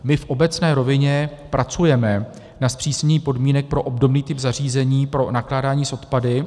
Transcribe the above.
My v obecné rovině pracujeme na zpřísnění podmínek pro obdobný typ zařízení pro nakládání s odpady.